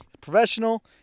professional